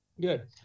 Good